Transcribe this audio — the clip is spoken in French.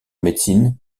médecine